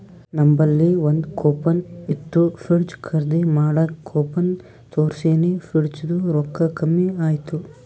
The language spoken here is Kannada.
ನಂಬಲ್ಲಿ ಒಂದ್ ಕೂಪನ್ ಇತ್ತು ಫ್ರಿಡ್ಜ್ ಖರ್ದಿ ಮಾಡಾಗ್ ಕೂಪನ್ ತೋರ್ಸಿನಿ ಫ್ರಿಡ್ಜದು ರೊಕ್ಕಾ ಕಮ್ಮಿ ಆಯ್ತು